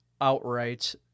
outright